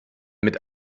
mit